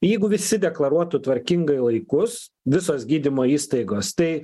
jeigu visi deklaruotų tvarkingai laikus visos gydymo įstaigos tai